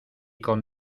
con